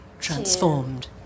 transformed